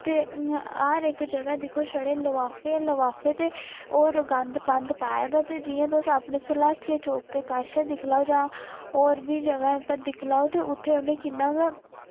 ते हर इक जगहा दिक्खो छड़े लवाफे लवाफे ते होर गंद पांद पाए दा ते जियां तुस अपने सरलाथिआ चौक दे कश दिक्खी लेओ जां होर बी जगहा उप्पर दिक्खी लेओ ते उत्थै उन्ने किन्ना गे